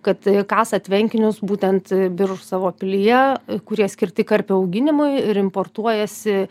kad kasa tvenkinius būtent biržų savo pilyje kurie skirti karpių auginimui ir importuojasi